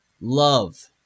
love